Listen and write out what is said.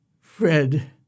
Fred